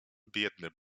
biedny